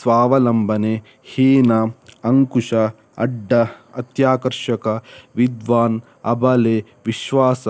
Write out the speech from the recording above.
ಸ್ವಾವಲಂಬನೆ ಹೀನ ಅಂಕುಶ ಅಡ್ಡ ಅತ್ಯಾಕರ್ಷಕ ವಿದ್ವಾನ್ ಅಬಲೆ ವಿಶ್ವಾಸ